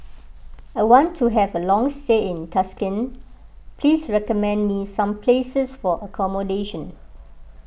I want to have a long stay in Tashkent please recommend me some places for accommodation